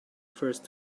first